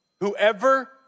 Whoever